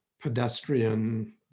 pedestrian